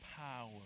power